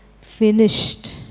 finished